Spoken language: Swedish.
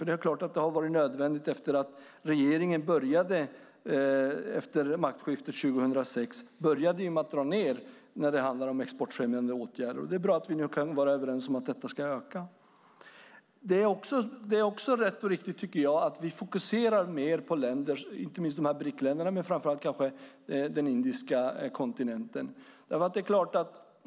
Det är klart att det har varit nödvändigt efter att regeringen efter maktskiftet 2006 började med att dra ned i fråga om exportfrämjande åtgärder. Det är bra att vi nu kan vara överens om att detta ska öka. Jag tycker också att det är rätt och riktigt att vi fokuserar mer på inte minst BRIC-länderna, men framför allt kanske på den indiska kontinenten.